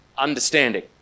understanding